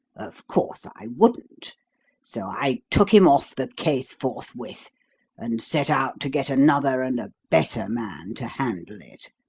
of course, i wouldn't so i took him off the case forthwith, and set out to get another and a better man to handle it.